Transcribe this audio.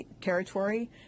territory